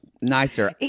nicer